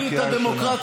תגיד לי, על מה אתה מדבר?